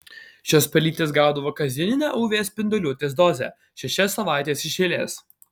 šios pelytės gaudavo kasdieninę uv spinduliuotės dozę šešias savaites iš eilės